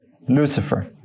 Lucifer